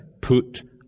put